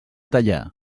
teià